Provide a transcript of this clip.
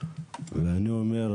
ואני אומר,